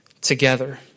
together